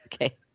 Okay